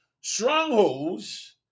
Strongholds